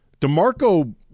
Demarco